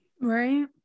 Right